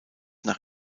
nach